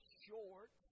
short